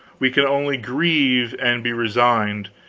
we can only grieve, and be resigned,